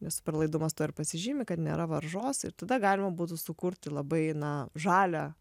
nes superlaidumas tuo ir pasižymi kad nėra varžos ir tada galima būtų sukurti labai na žalią